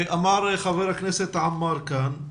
אמר חבר הכנסת עמאר כאן,